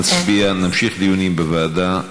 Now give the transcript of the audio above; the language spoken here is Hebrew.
נצביע, נמשיך דיונים בוועדה.